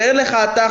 תאר לך אתה,